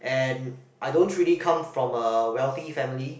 and I don't really come from a wealthy family